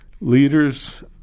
Leaders